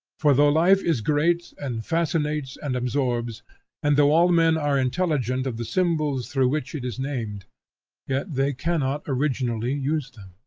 for though life is great, and fascinates, and absorbs and though all men are intelligent of the symbols through which it is named yet they cannot originally use them.